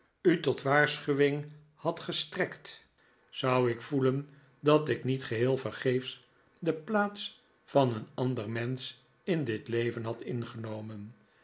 u tot waarschuwing had gestrekt zou ik voelen dat ik niet geheel vergeefs de plaats van een ander mensch in dit leven had ingenomen